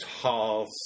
tall